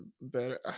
better